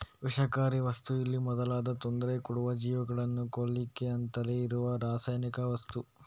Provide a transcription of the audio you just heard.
ವಿಷಕಾರಿ ವಸ್ತು ಇಲಿ ಮೊದಲಾದ ತೊಂದ್ರೆ ಕೊಡುವ ಜೀವಿಗಳನ್ನ ಕೊಲ್ಲಿಕ್ಕೆ ಅಂತಲೇ ಇರುವ ರಾಸಾಯನಿಕ ವಸ್ತು